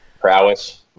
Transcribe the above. Prowess